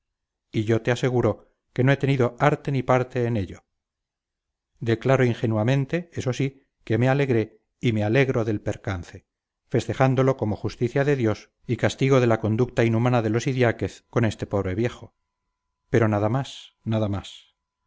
y yo te aseguro que no he tenido arte ni parte en ello declaro ingenuamente eso sí que me alegré y me alegro del percance festejándolo como justicia de dios y castigo de la conducta inhumana de los idiáquez con este pobre viejo pero nada más nada más